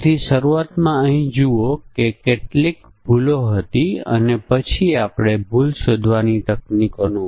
તેથી આપણને ખબર નથી કે આ સેટિંગ્સ ના વિશિષ્ટ સંયોજન માટે ફોન્ટ દેખાશે નહીં